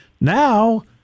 Now